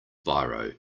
biro